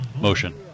Motion